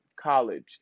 college